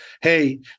Hey